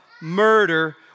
murder